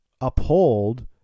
uphold